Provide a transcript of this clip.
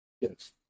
Yes